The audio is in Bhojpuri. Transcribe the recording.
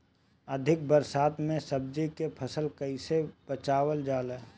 अधिक बरसात में सब्जी के फसल कैसे बचावल जाय?